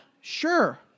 sure